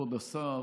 כבוד השר,